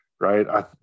right